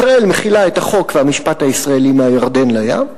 ישראל מחילה את החוק והמשפט הישראלי מהירדן לים.